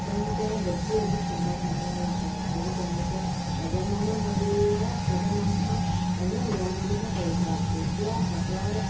তেওঁলোকে বেছি এইবোৰ চিন্তা ভাৱনা নকৰে আৰু তেওঁলোকে এজন মানুহ মৰিলে সেইজনৰ মানুহৰ এনেই নিয়মটোহে কৰি থয় যেতিয়া সিহঁতৰ